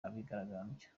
abigaragambyaga